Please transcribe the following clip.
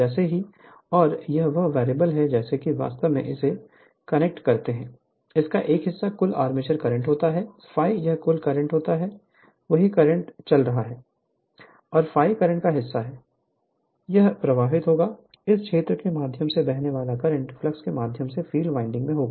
जैसे ही और यह एक वेरिएबल है जैसे ही वास्तव में इसे कनेक्ट करते हैं इसका 1 हिस्सा कुल आर्मेचर करंट होता है ∅ यह कुल करंट होता है वही करंट चल रहा है और ∅ करंट का हिस्सा है यह प्रवाहित होगा इस क्षेत्र के माध्यम से बहने वाले करंट फ्लक्स के माध्यम से फील्ड वाइंडिंग में होगा